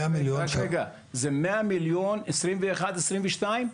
רק רגע, זה מאה מיליון 2021, 2022?